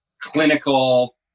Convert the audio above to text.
clinical